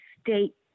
state